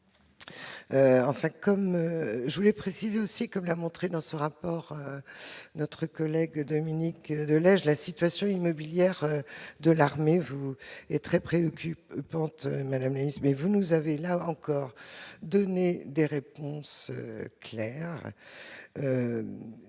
comme je voulais préciser aussi, comme l'a montré dans ce rapport, notre collègue Dominique linge la situation immobilière de l'armée vous est très préoccupé plante mais mais mais vous nous avez là encore donner des réponses claires,